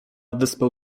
wyspę